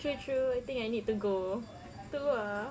true true I think I need to go tu ah